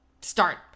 start